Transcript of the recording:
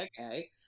okay